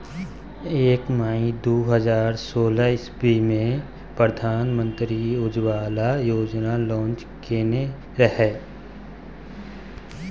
एक मइ दु हजार सोलह इस्बी मे प्रधानमंत्री उज्जवला योजना लांच केने रहय